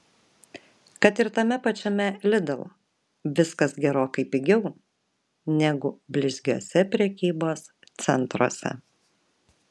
kad ir tame pačiame lidl viskas gerokai pigiau negu blizgiuose prekybos centruose